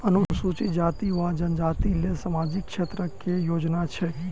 अनुसूचित जाति वा जनजाति लेल सामाजिक क्षेत्रक केँ योजना छैक?